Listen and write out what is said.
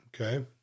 okay